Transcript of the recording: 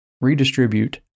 redistribute